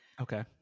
Okay